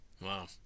Wow